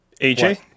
AJ